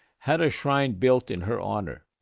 had a shrine built in her honor.